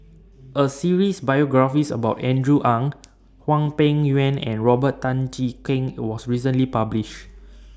A series biographies about Andrew Ang Hwang Peng Yuan and Robert Tan Jee Keng was recently published